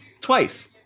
twice